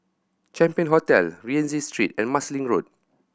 Champion Hotel Rienzi Street and Marsiling Road